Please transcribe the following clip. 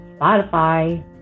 Spotify